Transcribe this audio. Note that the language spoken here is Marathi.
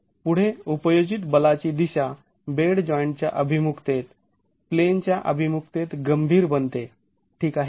पुढे उपयोजित बलाची दिशा बेड जॉइंटच्या अभिमुखतेत प्लेनच्या अभिमुखतेत गंभीर बनते ठीक आहे